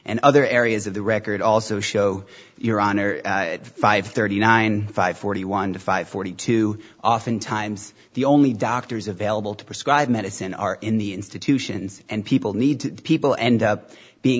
and other areas of the record also show your honor five thirty nine five forty one five forty two oftentimes the only doctors available to prescribe medicine are in the institutions and people need to people end up being